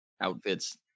outfits